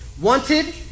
Wanted